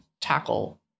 tackle